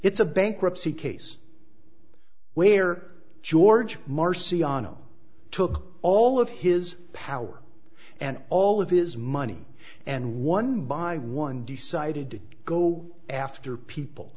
it's a bankruptcy case where george marcy arno took all of his power and all of his money and one by one decided to go after people